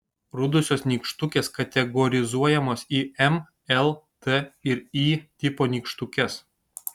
rudosios nykštukės kategorizuojamos į m l t ir y tipo nykštukes